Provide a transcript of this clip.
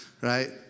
right